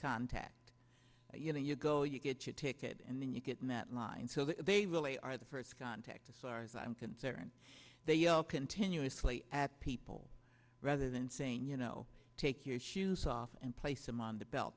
contact you know you go you get your ticket and then you get in that line so they really are the first contact as far as i'm concerned they yell continuously at people rather than saying you know take your shoes off and place them on the belt